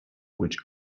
which